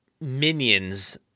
Minions